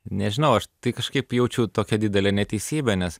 nežinau aš tai kažkaip jaučiu tokią didelę neteisybę nes